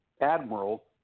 admiral